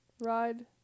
ride